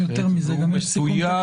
הוא מחויב